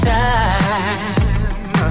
time